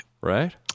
right